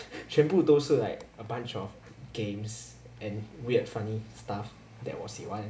全部都是 like a bunch of games and weird funny stuff that 我喜欢